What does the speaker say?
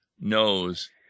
knows